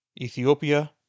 Ethiopia